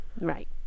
Right